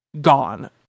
gone